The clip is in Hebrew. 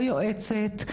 לא יועצת,